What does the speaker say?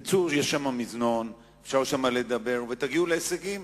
צאו, יש שם מזנון, אפשר שם לדבר ותגיעו להישגים.